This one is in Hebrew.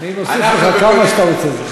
אני מוסיף לך כמה שאתה רוצה.